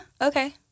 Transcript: okay